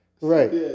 Right